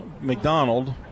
McDonald